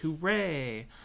Hooray